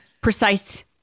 precise